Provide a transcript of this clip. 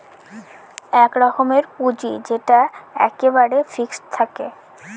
এক রকমের পুঁজি যেটা এক্কেবারে ফিক্সড থাকে